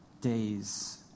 days